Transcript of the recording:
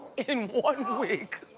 in one week.